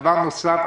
דבר נוסף,